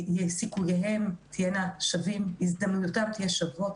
סיכוייהם יהיו שווים והזדמנויותיהם תהיינה שוות.